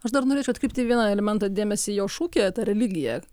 aš dar norėčiau atkreipti į vieną elementą dėmesį jo šūkyje ta religija